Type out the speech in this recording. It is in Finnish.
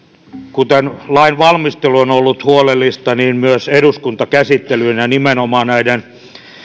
kuten lain valmistelu on ollut huolellista myös eduskuntakäsittelyn ja ja nimenomaan näiden